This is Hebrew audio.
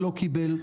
ולא קיבל,